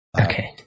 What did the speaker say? Okay